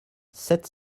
sept